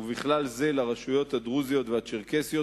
ובכלל זה לרשויות הדרוזיות והצ'רקסיות,